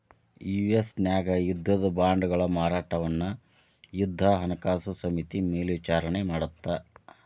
US ನ್ಯಾಗ ಯುದ್ಧದ ಬಾಂಡ್ಗಳ ಮಾರಾಟವನ್ನ ಯುದ್ಧ ಹಣಕಾಸು ಸಮಿತಿ ಮೇಲ್ವಿಚಾರಣಿ ಮಾಡತ್ತ